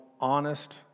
honest